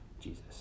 Jesus